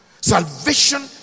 Salvation